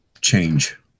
change